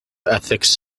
ethics